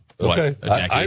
Okay